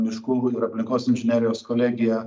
miškų ir aplinkos inžinerijos kolegija